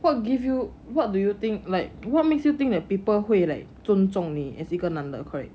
what give you what do you think like what makes you think that people 会 like 尊重你 as 一个男的